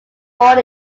born